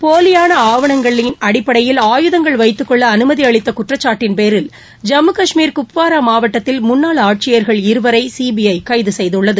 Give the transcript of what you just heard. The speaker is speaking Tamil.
போலியான ஆவணங்களின் அடிப்படையில் ஆயுதங்கள் வைத்துக்கொள்ள அனுமதி அளித்த குற்றச்சாட்டின் பேரில் ஜம்மு கஷ்மீர் குப்வாரா மாவட்டத்தில் முன்னாள் ஆட்சியர்கள் இருவரை சிபிஐ கைது செய்துள்ளது